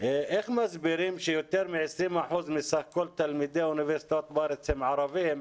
איך מסבירים שיותר מ-20% מסך כל תלמידי האוניברסיטאות בארץ הם ערבים,